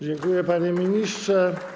Dziękuję, panie ministrze.